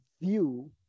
view